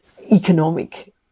economic